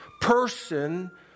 person